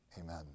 amen